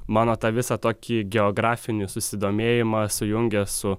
mano tą visą tokį geografinį susidomėjimą sujungia su